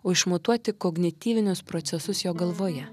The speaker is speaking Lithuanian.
o išmatuoti kognityvinius procesus jo galvoje